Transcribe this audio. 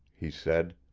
he said.